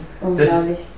Unglaublich